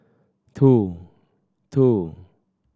two two